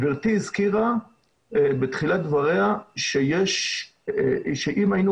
גבירתי הזכירה בתחילת דבריה שאם היינו